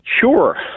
Sure